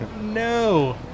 no